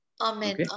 Amen